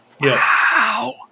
wow